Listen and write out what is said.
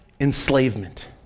enslavement